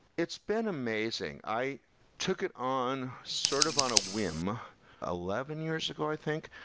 it's been amazing. i took it on sort of on a whim eleven years ago, i think.